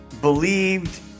believed